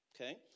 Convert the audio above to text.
Okay